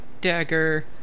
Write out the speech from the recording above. Dagger